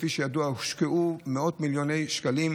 כפי שידוע, הושקעו מאות מיליונים של שקלים,